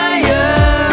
Fire